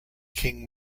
king